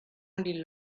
only